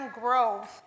Grove